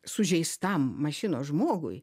sužeistam mašinos žmogui